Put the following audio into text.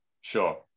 sure